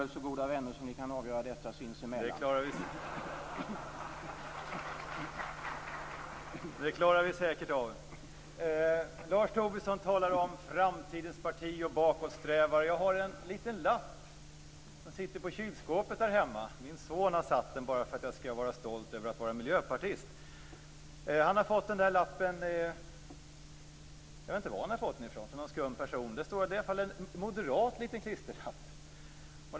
Lars Tobisson talar om framtidens parti och bakåtsträvare. Jag har en liten lapp som sitter på kylskåpet där hemma. Min son har satt den där bara för att jag skall vara stolt över att vara miljöpartist. Jag vet inte var han har fått den där lappen ifrån. Det är väl från någon skum person. Det är en moderat liten klisterlapp.